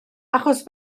achos